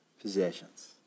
possessions